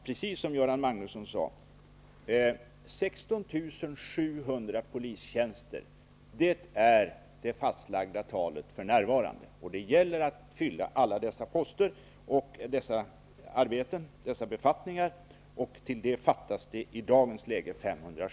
Precis som Göran Magnusson sade är det fastlagda antalet polistjänster 16 700. Det gäller att fylla alla dessa befattningar. I dagens läge fattas det 570 poliser.